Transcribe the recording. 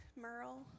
Merle